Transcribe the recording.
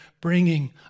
bringing